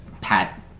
pat